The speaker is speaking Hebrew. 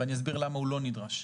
ואני אסביר למה הוא לא נדרש.